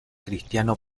cristiano